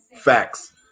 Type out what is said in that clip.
Facts